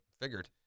Figured